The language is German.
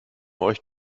euch